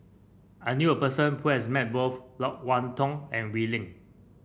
I knew a person who has met both Loke Wan Tho and Wee Lin